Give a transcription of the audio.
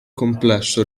complesso